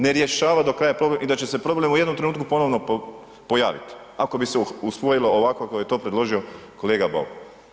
Ne rješava do kraja problem i da će se problem u jednom trenutku ponovno pojaviti, ako bi se usvojilo kako je to predložio kolega Bauk.